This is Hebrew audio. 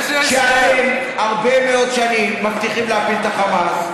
שאתם הרבה מאוד שנים מבטיחים להפיל את החמאס,